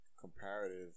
comparative